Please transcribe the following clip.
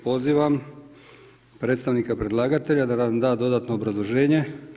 Pozivam predstavnika predlagatelja da nam da dodatno obrazloženje.